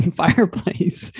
fireplace